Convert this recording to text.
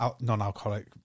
non-alcoholic